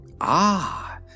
Ah